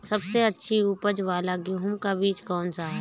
सबसे अच्छी उपज वाला गेहूँ का बीज कौन सा है?